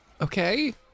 Okay